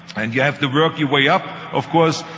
and you have to work your way up, of course,